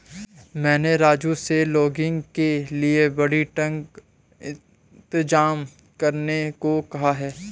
मैंने राजू से लॉगिंग के लिए बड़ी ट्रक इंतजाम करने को कहा है